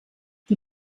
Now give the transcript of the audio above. die